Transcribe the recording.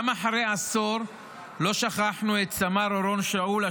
גם אחרי עשור לא שכחנו את סמ"ר אורון שאול,